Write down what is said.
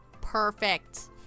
Perfect